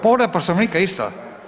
Povreda Poslovnika isto?